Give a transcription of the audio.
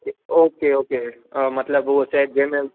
okay okay उहो मतिलब set जंहिंमें